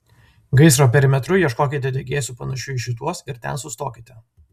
gaisro perimetru ieškokite degėsių panašių į šituos ir ten sustokite